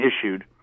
issued